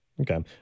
okay